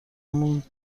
مون